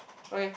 okay